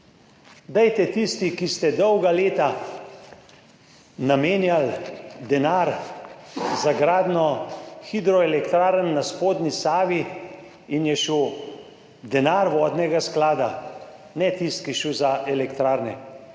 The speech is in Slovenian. Dajte tisti, ki ste dolga leta namenjali denar za gradnjo hidroelektrarn na spodnji Savi in je šel denar vodnega sklada, ne tisti, ki je šel za elektrarne,